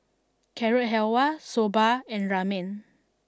Carrot Halwa Soba and Ramen